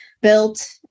built